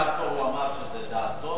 הוא אמר שזה דעתו